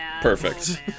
perfect